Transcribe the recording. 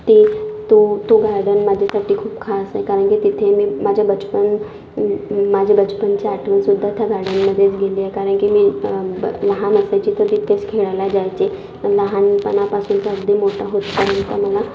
ते तो तो गार्डन माझ्यासाठी खूप खास आहे कारण तिथे मी माझं बचपन माझ्या बचपनच्या आठवणीसुद्धा त्या गार्डनमध्येच गेलीये कारण की मी बं लहान असायची तर तिथेच खेळायला जायचे लहानपणापासून ते अगदी मोठ्ठ होईपर्यंत मला